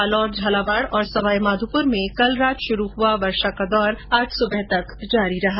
जालौर झालावाड़ और सवाई माघोपुर में कल रात शुरू हुआ वर्षा का दौर आज सुबह तक जारी रहा